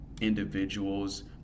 individuals